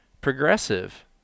progressive